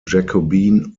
jacobean